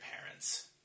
parents